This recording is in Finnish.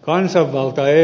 kansanvalta eussa kehittyy